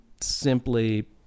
simply